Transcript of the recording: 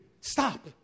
stop